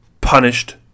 punished